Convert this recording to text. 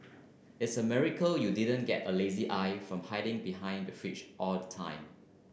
it's a miracle you didn't get a lazy eye from hiding behind the fringe all the time